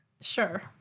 Sure